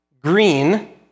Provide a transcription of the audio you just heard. green